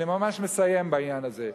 אני ממש מסיים בעניין הזה.